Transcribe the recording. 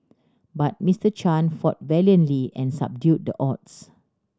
but Mister Chan fought valiantly and subdued the odds